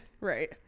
right